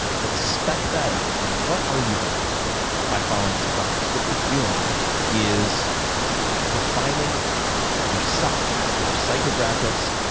but spec that out. and what are you doing by following this process? what you're doing is defining yourself, your psychographics,